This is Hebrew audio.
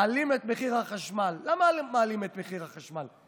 מעלים את מחיר החשמל, למה מעלים את מחיר החשמל?